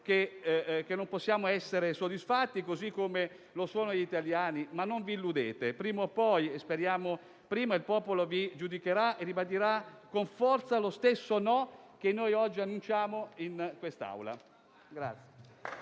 che non possiamo essere soddisfatti, così come non lo sono gli italiani. Ma non vi illudete: prima o poi - speriamo prima - il popolo vi giudicherà e ribadirà con forza lo stesso no che noi oggi annunciamo in quest'Aula.